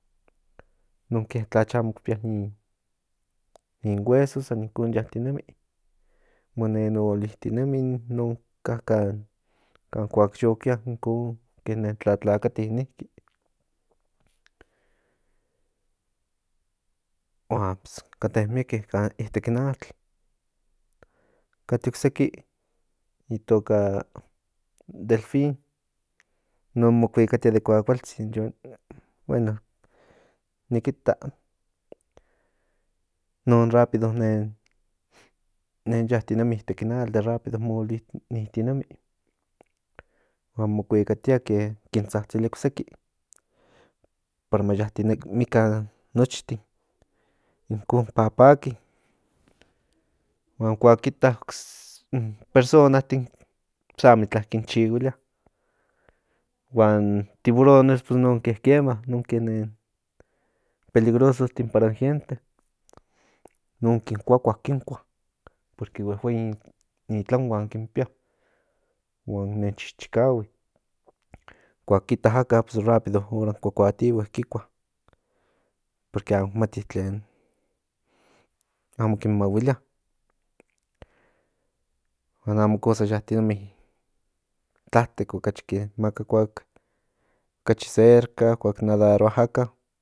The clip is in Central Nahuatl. Nonke tlacha amo ki pía ni huesos san inkon yatinemi mo nen olinitinemi in non ka kan yo kia inkon ke nen tlatlakati niki huan kate mieke kan itek in atl kate ocseki itoka delfín in non mo kuikatia de kuakualtzin yo bueno ni kita non rápido nen yatinemi itek in atl de rápido mo olinitinemi huan mo kuikatia ke kin tsatsilia ocseki para ma yatinemikan nochtin incon paki huan kuak kita in personatin amitla kin chihuilia kuan tiburones pues in nonke kema nonke nen peligrosotin para in gentetin non kin kuakua kinkua porque huehuei ni tlanhuan kin pía huan nen chichikahui huan kuak kita aka pues rápido oran cuacuatihie kuakua porque amo mati tlen amo kin mahuilia huan amo cosa yatinemi tlatek maka kuak okachi cerca kuk nadaroa aka